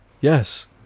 Yes